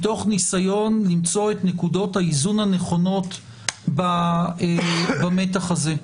מתוך ניסיון למצוא את נקודות האיזון הנכונות במתח הזה.